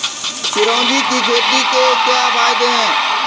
चिरौंजी की खेती के क्या फायदे हैं?